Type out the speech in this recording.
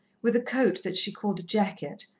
with a coat that she called a jacket,